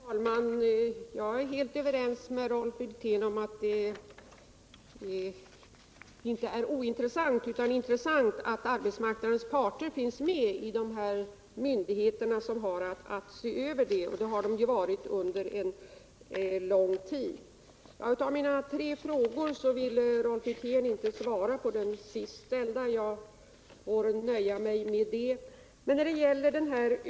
Herr talman! Jag är helt överens med Rolf Wirtén om att det inte är ointressant utan intressant att arbetsmarknadens parter finns med i de myndigheter som har att se över detta, och de har ju varit med under lång tid. Av mina tre frågor vill Rolf Wirtén inte svara på den sist ställda. Jag får nöja mig med det.